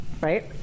right